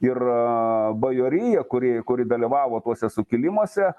ir bajorija kuri kuri dalyvavo tuose sukilimuose